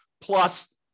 plus